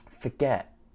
forget